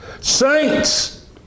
Saints